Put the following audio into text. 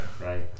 Right